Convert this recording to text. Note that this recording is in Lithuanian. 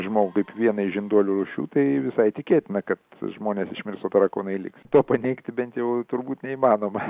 žmogų kaip vieną iš žinduolių rūšių tai visai tikėtina kad žmonės išmirs o tarakonai liks to paneigti bent jau turbūt neįmanoma